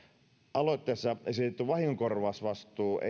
aloitteessa esitetty vahingonkorvausvastuu